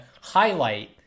highlight